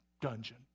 dungeon